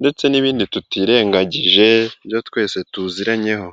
ndetse n'ibindi tutirengagije ibyo twese tuziranyeho.